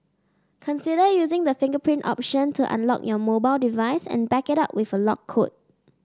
consider using the fingerprint option to unlock your mobile device and back it up with a lock code